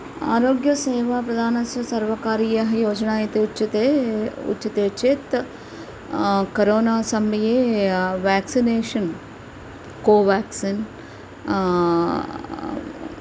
आरोग्यसेवा प्रधानस्य सर्वकारीयाः योजानाः इति उच्यते उच्यते चेत् करोना समये व्याक्सिनेशन् कोवेक्सिन्